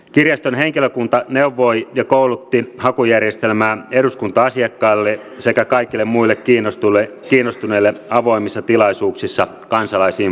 kirjaston henkilökunta neuvoi ja koulutti hakujärjestelmän käytössä eduskunta asiakkaita sekä kaikkia muita kiinnostuneita avoimissa tilaisuuksissa kansalaisinfossa